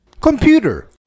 Computer